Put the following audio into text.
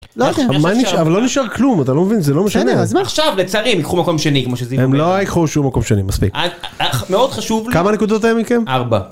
אבל לא נשאר כלום אתה לא מבין זה לא משנה אז מה עכשיו לצערים יקחו מקום שני כמו שזה הם לא יקחו שום מקום שני מספיק מאוד חשוב כמה נקודות היו מכם 4.